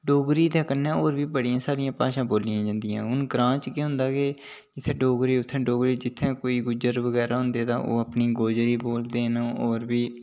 डोगरी दे कन्नै होर बी बड़ियां सारियां भाशा बोलियां जंदियां हून ग्रांएं च केह् होंदा कि जित्थै डोगरे ते उत्थै डोगरी जित्थै गुज्जर ते उत्थै ओह् अपनी गोजरी बोलदे न होर प्ही